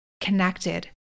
connected